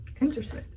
interesting